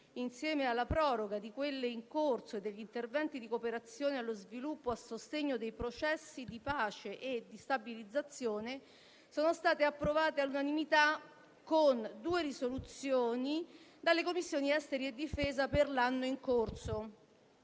insieme alla proroga di quelle in corso e degli interventi di cooperazione allo sviluppo e a sostegno dei processi di pace e di stabilizzazione, sono state approvate all'unanimità con due risoluzioni dalle Commissioni affari esteri, emigrazioni e difesa per l'anno in corso.